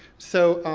so.